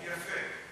יפה.